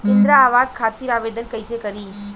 इंद्रा आवास खातिर आवेदन कइसे करि?